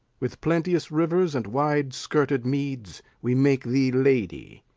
with plenteous rivers and wide-skirted meads, we make thee lady.